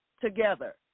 together